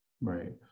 Right